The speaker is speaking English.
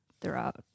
throughout